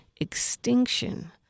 Extinction